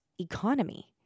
economy